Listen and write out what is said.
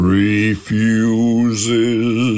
refuses